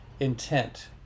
intent